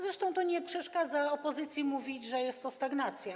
Zresztą to nie przeszkadza opozycji mówić, że jest to stagnacja.